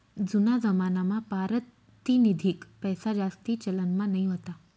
जूना जमानामा पारतिनिधिक पैसाजास्ती चलनमा नयी व्हता